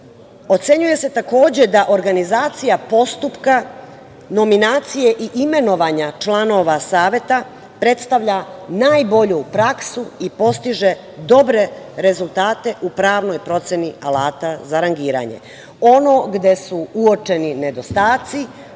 ocenjuje se da organizacija postupka, nominacije i imenovanja članova Saveta predstavlja najbolju praksu i postiže dobre rezultate u pravnoj proceni alata za rangiranje. Ono gde su uočeni nedostaci